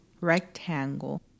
Rectangle